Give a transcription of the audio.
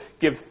give